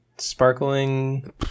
sparkling